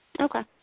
Okay